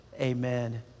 Amen